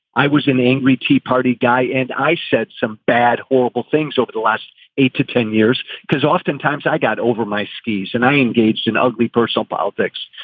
i was an angry tea party guy and i said some bad, horrible things over the last eight to ten years because oftentimes i got over my skis and i engaged in ugly personal politics.